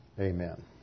Amen